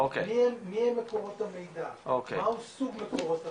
מיהם מקורות המידע, מהו סוג מקורות המידע,